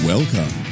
Welcome